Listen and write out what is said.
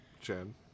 Jen